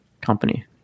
company